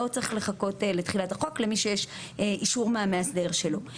לא צריך לחכות לתחילת החוק למי שיש אישור מהמאסדר שלו.